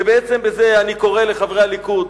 ובעצם בזה אני קורא לחברי הליכוד,